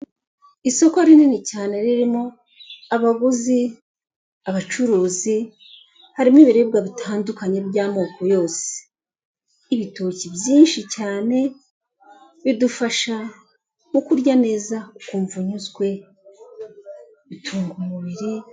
Isoko rinini cyane ririmo, abaguzi ,abacuruzi ,harimo ibiribwa bitandukanye by'amoko yose, ibitoki byinshi cyane, bidufasha nko kurya neza ukumva unyuzwe bitunga umubiri....